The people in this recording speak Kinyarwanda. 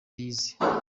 yize